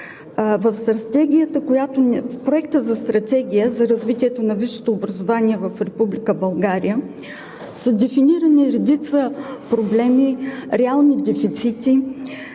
В Проекта за Стратегия за развитието на висшето образование в Република България са дефинирани редица проблеми, реални дефицити,